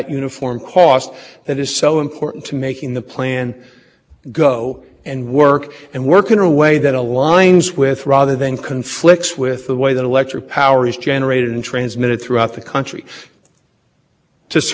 could buy the allowances from the five hundred dollars state well those allowances are going to be emitted in the state which has the higher emissions to begin with and and you know those problems so that's discussed there so it boils down to i understand what you're